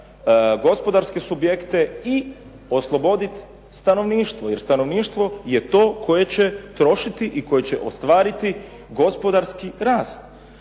gospodarske subjekte, i osloboditi stanovništvo. Jer stanovništvo je to koje će trošiti i koje će ostvariti gospodarski rast.